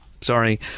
sorry